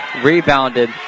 Rebounded